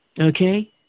Okay